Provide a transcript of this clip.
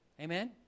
Amen